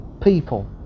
people